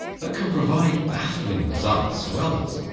but can provide baffling results to others,